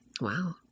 Wow